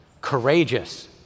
Courageous